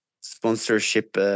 sponsorship